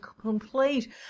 complete